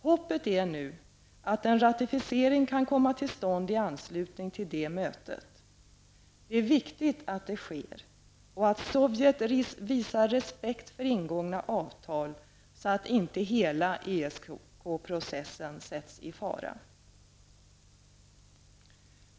Hoppet är att en ratificiering kan komma till stånd i anslutning till det mötet. Det är viktigt att det sker, och att Sovjet visar respekt för ingångna avtal så att inte hela ESK-processen sätts i fara.